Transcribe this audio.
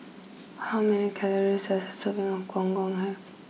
how many calories does a serving of Gong Gong have